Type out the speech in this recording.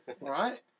Right